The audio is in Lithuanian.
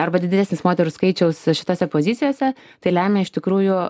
arba didesnis moterų skaičiaus šitose pozicijose tai lemia iš tikrųjų